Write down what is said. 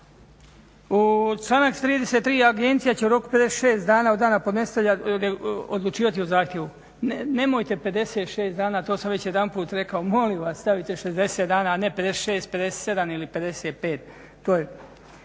Članak 33. Agencija će u roku 56 dana od dana podnositelja odlučivati o zahtjevu. Nemojte 56 dana, to sam već jedanput rekao, molim vas stavit 60 dana, a ne 56, 57 ili 55.